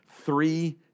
three